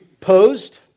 posed